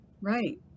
Right